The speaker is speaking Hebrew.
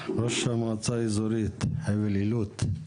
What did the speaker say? ראש המועצה האזורית חבל אילות.